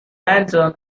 lantern